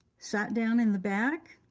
sat down in the back,